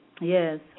Yes